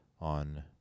on